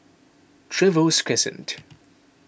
Trevose Crescent